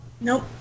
Nope